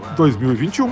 2021